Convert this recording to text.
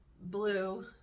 Blue